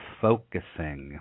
focusing